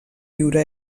viure